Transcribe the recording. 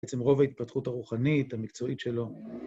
בעצם רוב ההתפתחות הרוחנית, המקצועית שלו.